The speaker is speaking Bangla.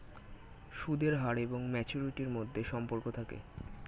সুদের হার এবং ম্যাচুরিটির মধ্যে সম্পর্ক থাকে